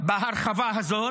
בהרחבה הזאת,